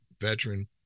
veteran